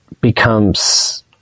becomes